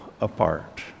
apart